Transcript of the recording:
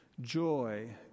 Joy